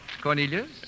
Cornelius